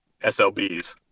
SLBs